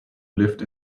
lived